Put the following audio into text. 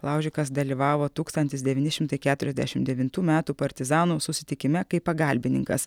laužikas dalyvavo tūkstantis devyni šimtai keturiasdešimt devintų metų partizanų susitikime kaip pagalbininkas